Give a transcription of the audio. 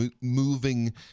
moving